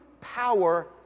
power